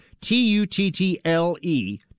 T-U-T-T-L-E